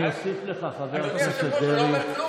אני אוסיף לך, חבר הכנסת דרעי.